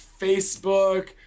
Facebook